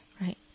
right